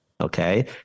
okay